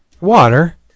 Water